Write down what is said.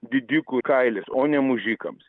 didikų kailis o ne mužikams